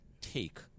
take